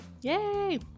yay